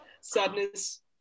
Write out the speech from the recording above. sadness